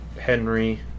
Henry